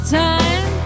time